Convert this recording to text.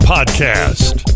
Podcast